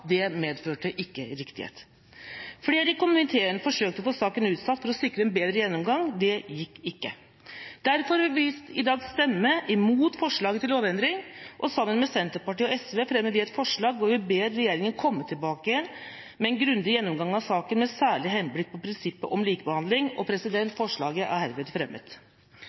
Det medførte ikke riktighet. Flere i komiteen forsøkte å få saken utsatt for å sikre en bedre gjennomgang. Det gikk ikke. Derfor vil vi i dag stemme imot forslaget til lovendring, og sammen med Senterpartiet og SV fremmer vi et forslag hvor vi ber regjeringa komme tilbake med en grundig gjennomgang av saken med særlig henblikk på prinsippet om likebehandling, og forslaget er herved fremmet.